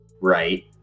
right